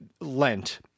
Lent